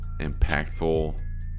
impactful